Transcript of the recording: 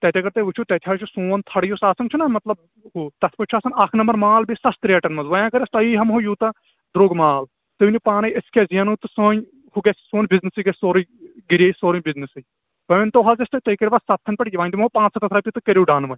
تتہِ اگر تۅہہِ وُچھِو تتہِ حظ چھُ سون تھڈٕ یُس آسان چھُنا مطلب ہُہ تتھ پیٚٹھ چھِ آسان اکھ نمبر مال بیٚیہِ سستہٕ ریٹن منٛز وۅنۍ اگر أسۍ تۅہی ہیٚمہو یوٗتاہ درٛۅگ مال تُہۍ ؤنِو پانے أسۍ کیٛاہ زینَو تہٕ سٲنۍ ہُہ گژھِ سون بِزنِسٕے گژھِ سورُے گِرے سورُے بِزنِسٕے وۅنۍ ؤنۍتَو حظ اَسہِ تُہۍ کٔرۍوا ستتھن پیٚٹھ وۅنۍ دمہو پانٛژ ستتھ رۅپیہِ تہٕ کٔرِو ڈن وۅنۍ